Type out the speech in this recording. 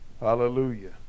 Hallelujah